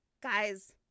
guys